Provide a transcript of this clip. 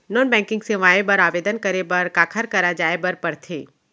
non banking सेवाएं बर आवेदन करे बर काखर करा जाए बर परथे